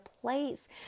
place